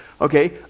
Okay